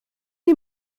die